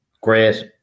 great